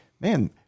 man